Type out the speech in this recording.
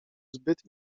zbyt